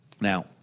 Now